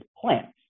plants